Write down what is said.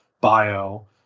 bio